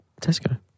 Tesco